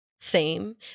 theme